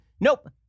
Nope